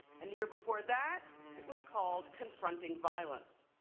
and the year before that it was called confronting violence.